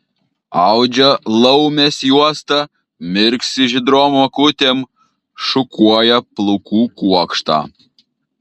audžia laumės juostą mirksi žydrom akutėm šukuoja plaukų kuokštą